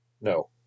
No